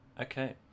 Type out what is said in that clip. Okay